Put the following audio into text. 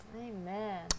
amen